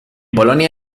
polonia